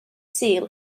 sul